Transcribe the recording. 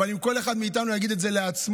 אבל אם כל אחד מאיתנו יגיד את זה לעצמו,